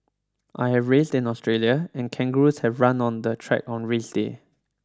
I have raced in Australia and kangaroos have run on the track on race day